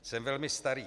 Jsem velmi starý.